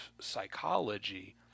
psychology